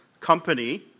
company